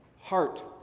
Heart